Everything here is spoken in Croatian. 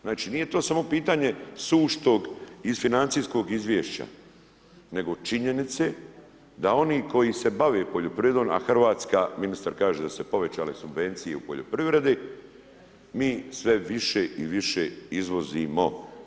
Znači nije to samo pitanje suštog i financijskog izvješća, nego činjenice, da oni koji se bave poljoprivredom, a Hrvatska, ministar kaže da ste povećali subvencije u poljoprivredi, mi sve više i više izvozimo.